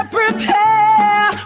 prepare